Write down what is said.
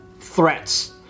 threats